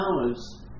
hours